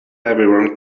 everyone